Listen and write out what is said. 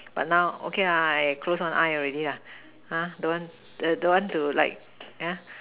but now okay lah close one eye already lah !huh! don't want don't want to like ya